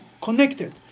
connected